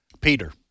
Peter